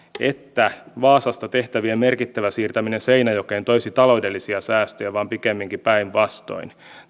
että vaasasta tehtävien merkittävä siirtäminen seinäjoelle toisi taloudellisia säästöjä vaan pikemminkin päinvastoin